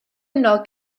yno